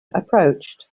approached